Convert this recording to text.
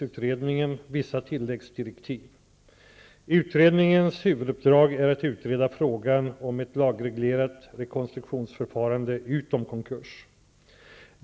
Utredningens huvuduppdrag är att utreda frågan om ett lagreglerat rekonstruktionsförfarande utom konkurs.